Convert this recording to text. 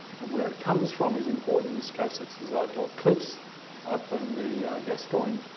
and where it comes from is important. in this case it's the zuytdorp cliffs up in the gascoyne